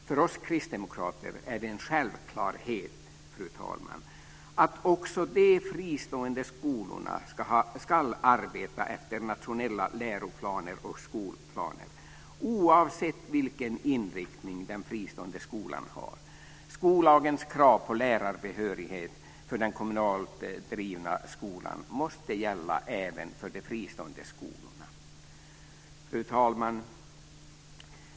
För oss kristdemokrater är det en självklarhet, fru talman, att också de fristående skolorna ska arbeta efter nationella läroplaner och skolplaner oavsett vilken inriktning den fristående skolan har. Skollagens krav på lärarbehörighet för den kommunalt drivna skolan måste gälla även för de fristående skolorna. Fru talman!